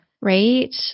Right